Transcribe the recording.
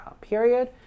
period